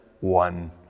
one